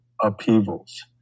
upheavals